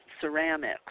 ceramics